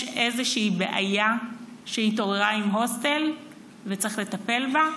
יש איזושהי בעיה שהתעוררה עם הוסטל וצריך לטפל בה?